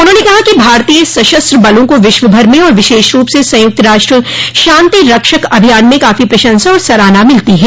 उन्होंने कहा कि भारतीय सशस्त्र बलों को विश्व भर में और विशेष रूप से संयुक्त राष्ट्र शांति रक्षक अभियान में काफी प्रशंसा और सराहना मिलती है